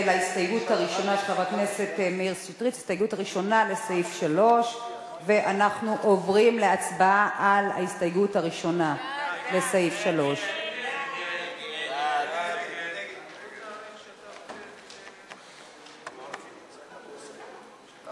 להסתייגות הראשונה של חבר הכנסת מאיר שטרית לסעיף 3. אנחנו עוברים להצבעה על ההסתייגות הראשונה לסעיף 3. ההסתייגות הראשונה של חבר הכנסת מאיר שטרית לסעיף 3 לא